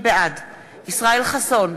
בעד ישראל חסון,